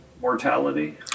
mortality